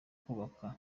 kubaka